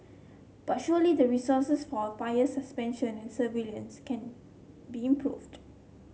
but surely the resources for fire suppression and surveillance can be improved